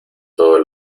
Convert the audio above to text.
todos